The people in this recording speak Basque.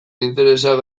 interesak